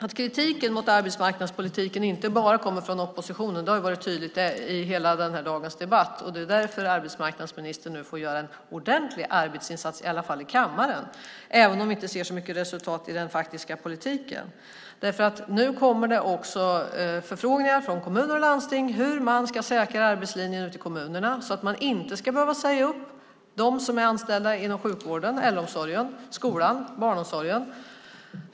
Att kritiken mot arbetsmarknadspolitiken inte bara kommer från oppositionen har varit tydligt under hela dagens debatt. Det är därför arbetsmarknadsministern nu får göra en ordentlig arbetsinsats, i alla fall i kammaren, även om vi inte ser så mycket resultat i den faktiska politiken. Nu kommer det nämligen också förfrågningar från kommuner och landsting om hur man ska säkra arbetslinjen ute i kommunerna så att man inte ska behöva säga upp dem som är anställda inom sjukvården, äldreomsorgen, skolan och barnomsorgen.